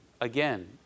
Again